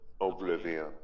Oblivion